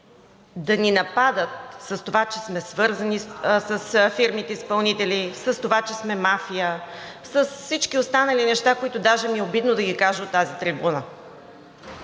да ни нападат с това, че сме свързани с фирмите изпълнители, с това, че сме мафия, с всички останали неща, които даже ми е обидно да ги кажа от тази трибуна.